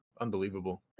unbelievable